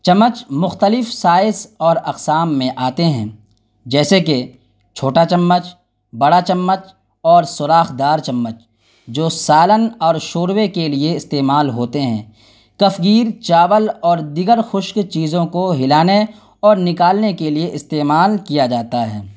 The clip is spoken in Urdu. چمچ مختلف سائز اور اقسام میں آتے ہیں جیسے کہ چھوٹا چمچ بڑا چمچ اور سوراخدار چمچ جو سالن اور شوروے کے لیے استعمال ہوتے ہیں کفگیر چاول اور دیگر خشک چیزوں کو ہلانے اور نکالنے کے لیے استعمال کیا جاتا ہے